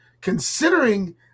considering